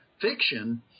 fiction